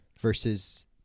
Versus